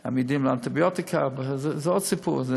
הם עמידים לאנטיביוטיקה, זה עוד סיפור.